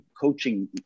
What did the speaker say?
coaching